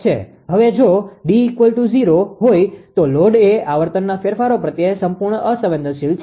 હવે જો D0 હોય તો લોડ એ આવર્તનના ફેરફારો પ્રત્યે સંપૂર્ણ અસંવેદનશીલ છે